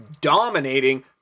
dominating